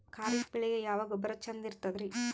ಖರೀಪ್ ಬೇಳಿಗೆ ಯಾವ ಗೊಬ್ಬರ ಚಂದ್ ಇರತದ್ರಿ?